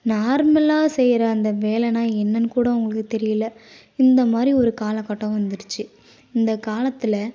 நார்மலாக செய்கிற அந்த வேலைனா என்னன்னு கூடம் அவங்களுக்கு தெரியல இந்த மாதிரி ஒரு காலக்கட்டம் வந்துடுச்சு இந்தக் காலத்தில்